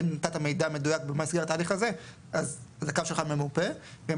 אם נתת מידע מדויק במסגרת ההליך הזה אז הקו שלך ממופה ואם